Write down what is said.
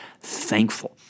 thankful